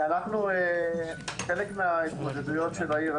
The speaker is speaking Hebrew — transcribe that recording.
חלק מההתמודדויות של העיר,